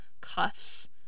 cuffs